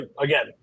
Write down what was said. again